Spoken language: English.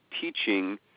teaching